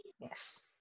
Yes